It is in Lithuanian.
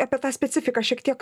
apie tą specifiką šiek tiek